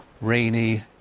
rainy